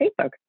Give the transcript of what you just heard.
Facebook